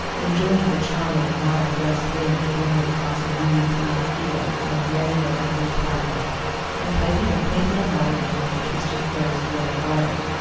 enjoying the charm of a mild west wind blowing across a newly ploughed field on a gray november twilight and piping a quaint little melody among the twisted firs below the garden,